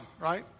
right